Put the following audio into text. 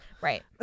right